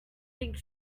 think